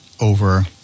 over